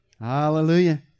Hallelujah